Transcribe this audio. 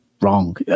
Wrong